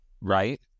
Right